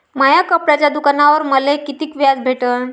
माया कपड्याच्या दुकानावर मले कितीक व्याज भेटन?